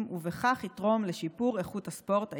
ובכך יתרום לשיפור איכות הספורט הישראלי.